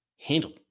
Handled